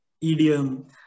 idiom